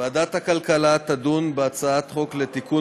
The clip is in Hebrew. ועדת הכלכלה תדון בהצעת חוק לתיקון